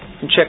check